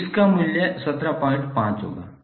तो इस का मूल्य 175 होगा